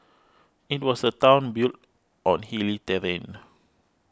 it was a town built on hilly terrain